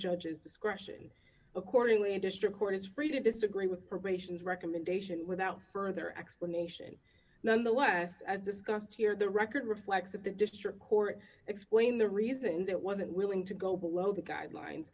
judge's discretion accordingly a district court is free to disagree with probations recommendation without further explanation nonetheless as discussed here the record reflects of the district court explain the reasons it wasn't willing to go below the guidelines